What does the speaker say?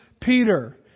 Peter